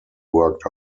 worked